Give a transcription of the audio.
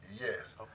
Yes